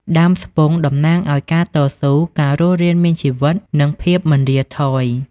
ដើមស្ពង់តំណាងឲ្យ ការតស៊ូ ការរស់រានមានជីវិត និងភាពមិនរាថយ។